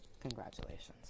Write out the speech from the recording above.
Congratulations